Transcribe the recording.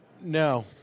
No